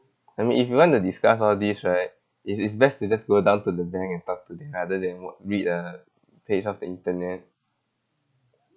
sammy if you want to discuss all these right it's it's best to just go down to the bank and talk to them rather than what read a page off the internet